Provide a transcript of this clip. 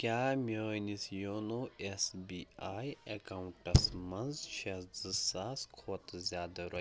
کیٛاہ میٛٲنِس you know S B I accounts منٛز چھےٚ زٕ ساس کھۄتہٕ زیادٕ رۄ